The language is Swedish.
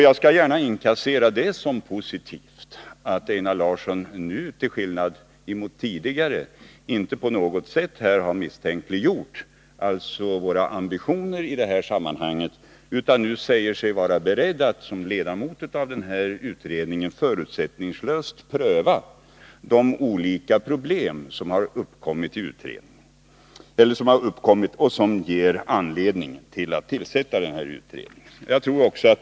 Jag skall gärna inkassera det som positivt att Einar Larsson nu till skillnad från tidigare inte på något sätt misstänkliggjort våra ambitioner i detta sammanhang utan säger sig vara beredd att som ledamot av utredningen förutsättningslöst gå igenom de olika problem som uppkommit och som gett anledning till att tillsätta denna utredning.